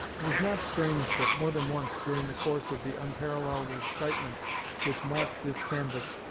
it was not strange that more than once, during the course of the unparalleled excitement which marked this canvass,